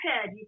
head